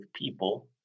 people